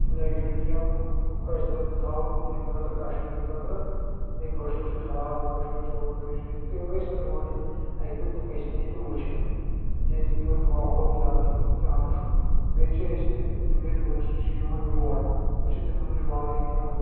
تہٕ نگیٹِو کیٚنٛہہ ٲسۍ تھاوُن ییٚمہِ خٲطرٕ کَشمیٖر خٲطرٕ یے کٔشیٖر چھِ خراب کٔشیٖر چھِ ہُہ کٔشیر چھِ یہِ تِم گژھیٚن یور یِنۍ اَکہِ وِل تِم گژھیٚن ییٚتہِ وُچھِنۍ ییٚتہِ کیُتھ ماحوٗل کیاہ چھُ کیاہ نہٕ چھُ بیٚیہِ چھِ أسۍ تہِ یِم ییٚتہِ ٹیوٗرِسٹہٕ چھِ یِوان یور أسۍ چھِ تِمَن نِش واریاہ کیٚنٛہہ رُت